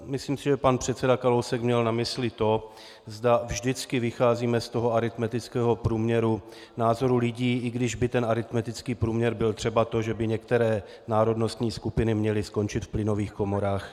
Myslím si, že pan předseda Kalousek měl na mysli to, zda vždycky vycházíme z toho aritmetického průměru názorů lidí, i když by ten aritmetický průměr byl třeba to, že by některé národnostní skupiny měly skončit v plynových komorách.